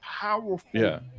powerful